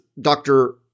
Dr